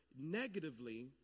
negatively